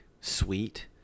sweet